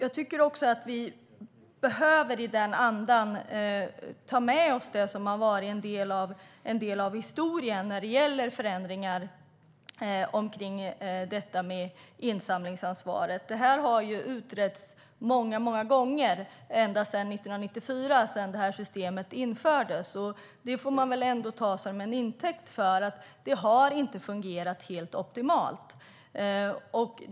I denna anda behöver vi ta med oss det som har varit en del av historien när det gäller förändringar i insamlingsansvaret. Det har utretts många gånger sedan 1994 då systemet infördes. Det får vi väl ta som intäkt för att det inte har fungerat helt optimalt.